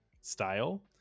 style